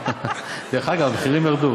דרך אגב, המחירים ירדו.